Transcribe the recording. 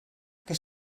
que